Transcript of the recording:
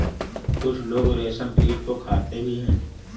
कुछ लोग रेशमकीट को खाते भी हैं